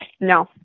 No